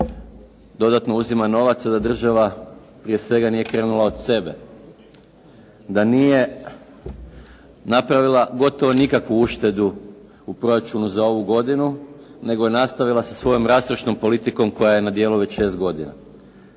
dodatno uzima novac, a da država prije svega nije krenula od sebe, da nije napravila gotovo nikakvu uštedu u proračunu za ovu godinu, nego je nastavila sa svojom rastrošnom politikom koja je na djelu već šest godina.